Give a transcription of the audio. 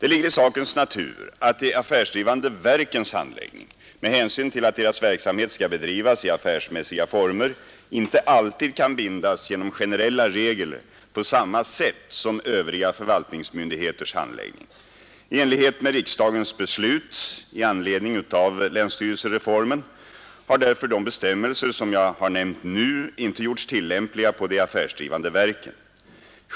Det ligger i sakens natur att de affärsdrivande verkens handläggning, med hänsyn till att deras verksamhet skall bedrivas i affärsmässiga former, inte alltid kan bindas genom generella regler på samma sätt som övriga förvaltningsmyndigheters handläggning. I enlighet med riksdagens beslut om den partiella länsförvaltningsreformen har därför de bestämmelser, som jag har nämnt nu, inte gjorts tillämpliga på de affärsdrivande verken.